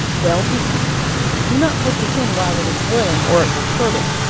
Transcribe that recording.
well beaten do not put this in while it is boiling, or it will curdle.